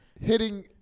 hitting